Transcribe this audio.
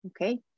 Okay